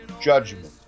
judgment